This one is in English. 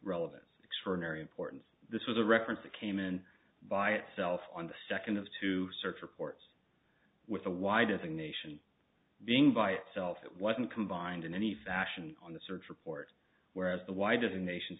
relevance extraordinary importance this was a reference that came in by itself on the second of two search reports with a wide designation being by itself it wasn't combined in any fashion on the search report whereas the why did the nation